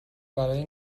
برای